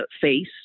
face